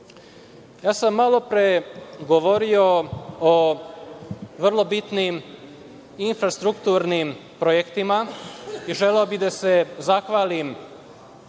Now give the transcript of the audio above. sam govorio o vrlo bitnim infrastrukturnim projektima. Želeo bih da se zahvalim